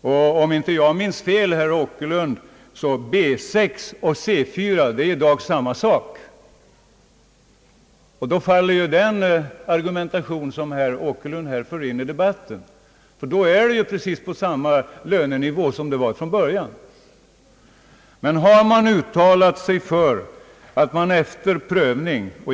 Om jag inte minns fel, herr Åkerlund, är tidigare B 6 och C 4 i dag samma sak, och då faller ju den argumentation som herr Åkerlund förde in i debatten. I så fall blir ju lönenivån precis densamma som från början!